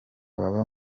baba